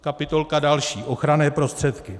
Kapitola další ochranné prostředky.